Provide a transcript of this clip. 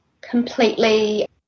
completely